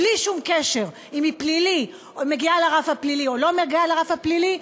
בלי שום קשר אם היא מגיעה לרף הפלילי או לא מגיעה לרף הפלילי,